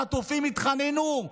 משפחות החטופים התחננו: